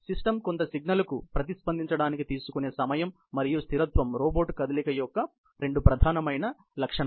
system కొంత సిగ్నల్కు ప్రతిస్పందించడానికి తీసుకొనే సమయం మరియు స్థిరత్వం రోబోట్ కదలిక యొక్క రెండు ప్రధాన ముఖ్యమైన లక్షణాలు